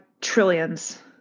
trillions